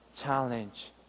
challenge